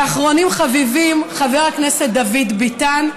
ואחרונים חביבים חבר הכנסת דוד ביטן.